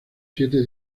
siete